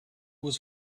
was